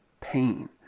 pain